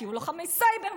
תהיו לוחמי סייבר,